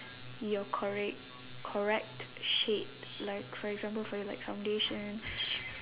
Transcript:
your correct correct shade like for example for your like foundation